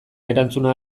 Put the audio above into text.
erantzuna